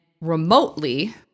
remotely